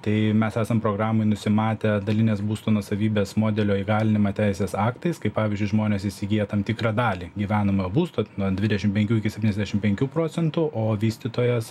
tai mes esam programoj nusimatę dalinės būsto nuosavybės modelio įgalinimą teisės aktais kaip pavyzdžiui žmonės įsigiję tam tikrą dalį gyvenamojo būsto nuo dvidešim penkių iki septyniasdešim penkių procentų o vystytojas